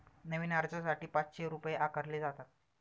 नवीन अर्जासाठी पाचशे रुपये आकारले जातात